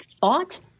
thought